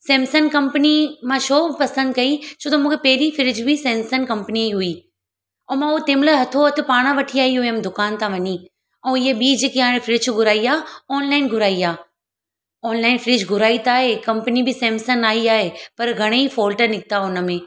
Samsung company मां छो पसंदि कई छो त मूंखे पहिरीं फ्रिज बि सैनसंग कंपनीअ ई हुई ऐं मां उहा तंहिं महिल हथोहथु पाणि वठी आई हुयमि दुकान तां वञी ऐं इहो ॿीं जेकी हाणे फ्रिज घुराई आहे ऑनलाइन घुराई आहे ऑनलाइन फ्रिज घुराई त आहे कंपनी बि सैमसंग आई आहे पर घणेई फॉल्ट निकिता उन में